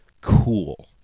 cool